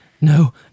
no